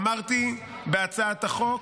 אמרתי בהצעת החוק,